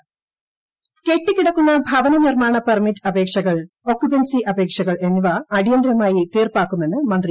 file അദാലത്ത് കെട്ടിക്കിടക്കുന്ന ഭവന നിർമ്മാണ് പെർമിറ്റ് അപേക്ഷകൾ ഒക്കുപെൻസി അപേക്ഷ്ടകൾ എന്നിവ അടിയന്തിരമായി തീർപ്പാക്കുമെന്ന് മന്ത്രി